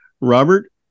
Robert